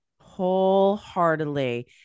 wholeheartedly